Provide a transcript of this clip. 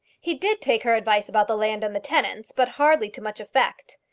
he did take her advice about the land and the tenants, but hardly to much effect.